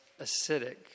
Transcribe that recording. acidic